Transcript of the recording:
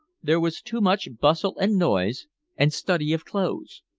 there was too much bustle and noise and study of clothes.